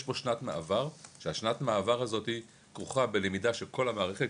יש פה שנת מעבר ששנת המעבר הזאת כרוכה בלמידה של כל המערכת,